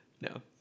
No